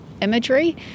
imagery